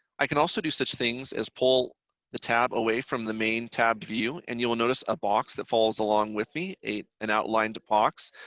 i can also do such things as pull the tab away from the main tab view and you'll notice a box that falls along with me, an outlined box.